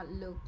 look